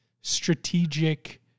strategic